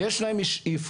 יש להן שאיפות,